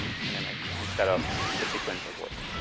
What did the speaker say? an image instead of a sequence of words.